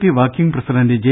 P working president J